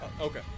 okay